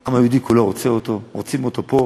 העם היהודי כולו רוצה אותו, רוצים אותו פה.